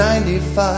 95